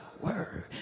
word